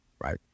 right